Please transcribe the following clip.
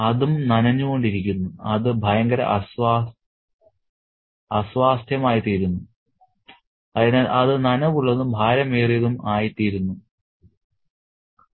അതും നനഞ്ഞുകൊണ്ടിരിക്കുന്നു അത് ഭയങ്കര അസ്വാസ്ഥ്യമായിത്തീരുന്നു അതിനാൽ അത് നനവുള്ളതും ഭാരമേറിയതും ആയിത്തീർന്നു